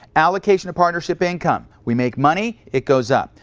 allocation of partnership income. we make money, it goes up.